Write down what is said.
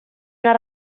una